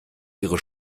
ihre